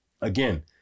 Again